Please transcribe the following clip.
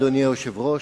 אדוני היושב-ראש,